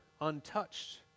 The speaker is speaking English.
untouched